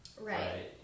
right